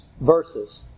verses